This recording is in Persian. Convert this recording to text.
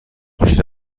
پیش